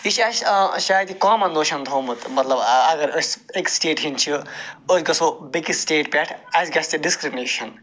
یہِ چھُ اَسہِ شاید کامَن نوشَن تھومُت مَطلَب اگر أسۍ اَکہِ سٹیٹ ہٕنٛدۍ چھِ أسۍ گَژھو بیٚکہِ سٹیٹ پٮ۪ٹھ اَسہِ گژھِ ڈِسکرٛمنیشَن